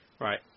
Right